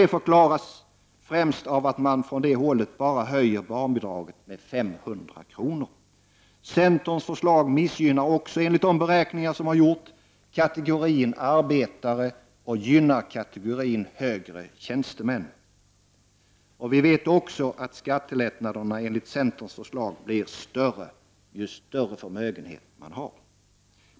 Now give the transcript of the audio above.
Det förklaras främst av att man från det hållet vill höja barnbidraget med bara 500 kr. per år. Centerns förslag missgynnar också, enligt de beräkningar som gjorts, kategorin arbetare och gynnar högre tjänstemän. Likaså blir skattelättnaderna större ju större förmögenhet man har.